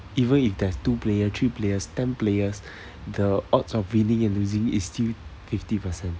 even if there's two players three players ten players the odds of winning and losing is still fifty percent